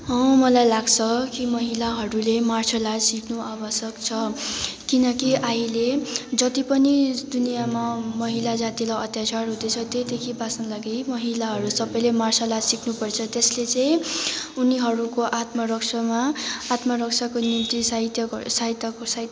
मलाई लाग्छ कि महिलाहरूले मार्सल आर्ट आवश्यक छ किनकि अहिले जति पनि दुनियाँमा महिला जातिलाई अत्याचार हुँदैछ त्योदेखि बाँच्नुको लागि महिलाहरू सबैले मार्सल आर्ट सिक्नुपर्छ त्यसले चाहिँ उनीहरूको आत्मरक्षामा आत्मरक्षाको निम्ति सहायता गर सहायताको साइत्